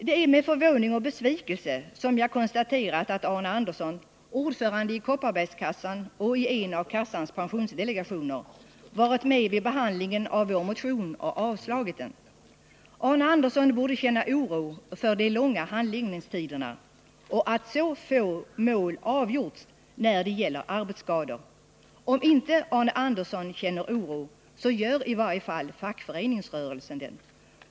Det är med förvåning och besvikelse jag konstaterar att Arne Andersson i Falun, ordförande i Kopparbergskassan och i en av kassans pensionsdelegationer, varit med vid behandlingen av vår motion och avstyrkt den. Arne Andersson borde känna oro för de långa handläggningstiderna och för att så få mål avgjorts när det gäller arbetsskador. Om inte Arne Andersson känner oro så gör i varje fall fackföreningsrörelsen det.